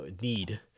need